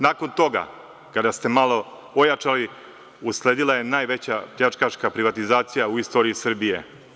Nakon toga, kada ste malo ojačali, usledila je najveća pljačkaška privatizacija u istoriji Srbije.